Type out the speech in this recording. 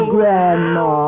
Grandma